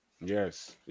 yes